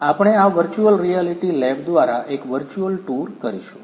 આપણે આ virtual reality lab દ્વારા એક વર્ચુઅલ ટૂર કરીશું